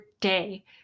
day